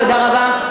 תודה רבה.